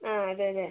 ആഹ് അതെ അതെ